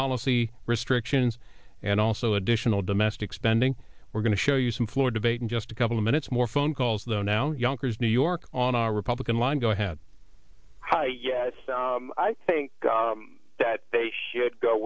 policy restrictions and also additional domestic spending we're going to show you some floor debate in just a couple of minutes more phone calls though now yonkers new york on a republican line go ahead hi yes i think that they should go